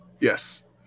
Yes